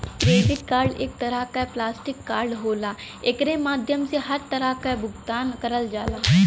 credit card एक तरे क प्लास्टिक कार्ड होला एकरे माध्यम से हर तरह क भुगतान करल जाला